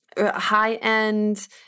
high-end